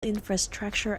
infrastructure